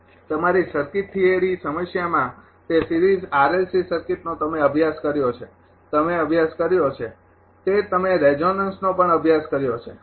તમારી circuit theory સમસ્યામાં તે સિરીઝ સર્કિટનો તમે અભ્યાસ કર્યો છે તમે અભ્યાસ કર્યો છે તે તમે રેઝોનન્સનો પણ અભ્યાસ કર્યો છે